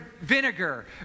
vinegar